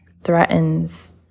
threatens